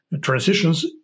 transitions